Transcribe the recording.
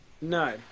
No